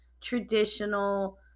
traditional